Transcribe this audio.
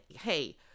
hey